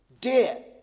dead